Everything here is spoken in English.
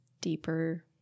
deeper